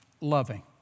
loving